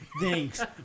Thanks